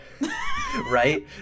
Right